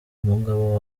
umugabo